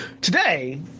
today